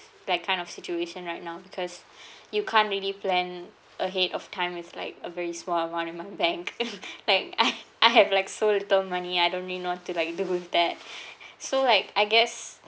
that kind of situation right now because you can't really plan ahead of time with like a very small amount in my bank like I I have like so little money I don't really know what to like do with that so like I guess